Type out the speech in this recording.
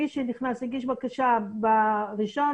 מי שהגיש בקשה ראשון,